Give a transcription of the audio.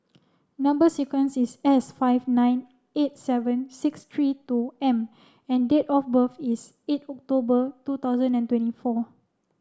number sequence is S five nine eight seven six three two M and date of birth is eight October two thousand and twenty four